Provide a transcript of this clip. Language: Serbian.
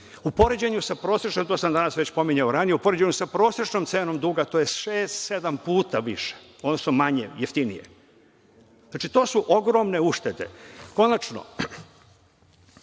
poređenju sa prosečnom, to sam već danas već pominjao ranije, u poređenju sa prosečnom cenom duga to je šest, sedam puta više, odnosno manje, jeftinije. Znači, to su ogromne uštede. Konačno,